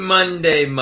Monday